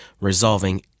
resolving